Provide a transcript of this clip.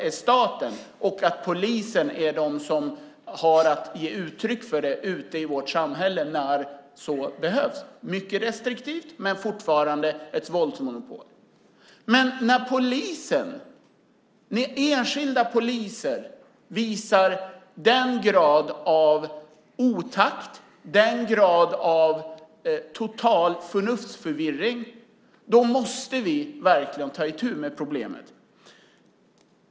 Polisen har att ute i vårt samhälle ge uttryck för det när så behövs - mycket restriktivt, men fortfarande är det fråga ett våldsmonopol. När enskilda poliser visar nämnda grad av otakt och av total förnuftsförvirring måste vi verkligen ta itu med problemet.